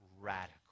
radical